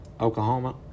Oklahoma